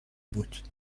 بود